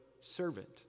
servant